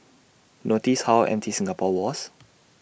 notice how empty Singapore was